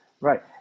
Right